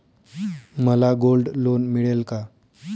मला gold loan मिळेल का?